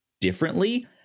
differently